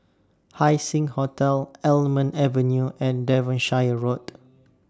Haising Hotel Almond Avenue and Devonshire Road